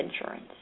insurance